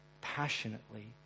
passionately